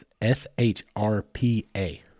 S-H-R-P-A